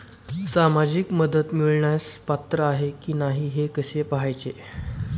सामाजिक मदत मिळवण्यास पात्र आहे की नाही हे कसे पाहायचे?